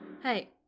Hey